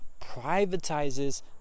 privatizes